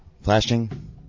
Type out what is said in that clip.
flashing